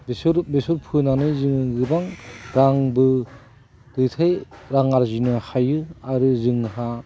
बेसर बेसर फोनानै जोङो गोबां रांबो दैथाय रां आरजिनो हायो आरो जोंहा